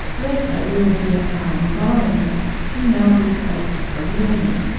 later we'll hear how environments can now be spaces for learning.